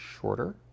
shorter